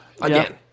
again